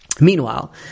meanwhile